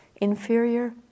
inferior